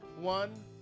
One